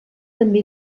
també